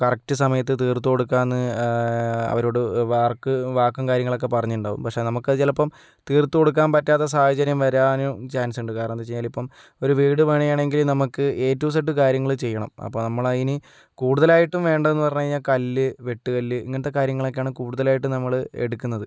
correct സമയത്ത് തീർത്തു കൊടുക്കാമെന്ന് അവരോട് വാർക്ക് വാക്കും കാര്യങ്ങളൊക്കെ പറഞ്ഞിട്ടുണ്ടാകും പക്ഷേ നമുക്കത് ചിലപ്പം തീർത്തു കൊടുക്കാൻ പറ്റാത്ത സാഹചര്യം വരാൻ ചാൻസ് ഉണ്ട് കാരണം എന്താവെച്ച് കഴിഞ്ഞാലിപ്പം ഒരു വീട് പണിയണമെങ്കിൽ നമുക്ക് ഏ റ്റു സെഡ്ഡ് കാര്യങ്ങൾ ചെയ്യണം അപ്പം നമ്മളതിന് കൂടുതലായിട്ടും വേണ്ടത് എന്ന് പറഞ്ഞ് കഴിഞ്ഞാൽ കല്ല് വെട്ടുകല്ല് ഇങ്ങനത്തെ കാര്യങ്ങളൊക്കെയാണ് കൂടുതലായിട്ട് നമ്മൾ എടുക്കുന്നത്